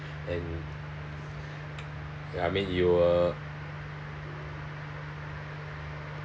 and ya I mean you will